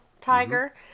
tiger